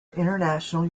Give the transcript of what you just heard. international